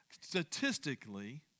Statistically